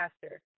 faster